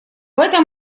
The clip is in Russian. этом